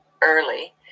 early